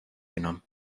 genommen